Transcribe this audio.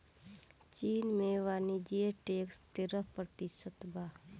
चीन में वाणिज्य टैक्स तेरह प्रतिशत बा